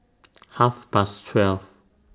Half Past twelve